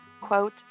quote